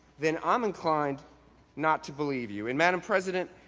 then, i'm inclined not to believe you. and madam president,